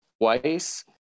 twice